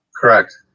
Correct